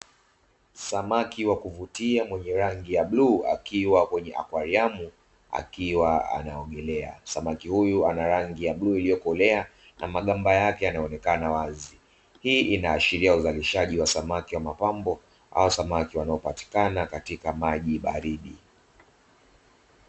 Samaki wakuvutia wenye rangi ya bluu akiwa kwenye akwariamu akiwa anaogelea, samaki huyu ana rangi ya bluu iliyokolea na magamba yake yanaonekana wazi hii inaashiria uzalishaji wa samaki wa mapambo au samaki wanaopatikana katika maji baridi.